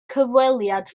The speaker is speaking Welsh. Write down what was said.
cyfweliad